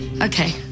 Okay